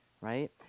right